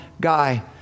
guy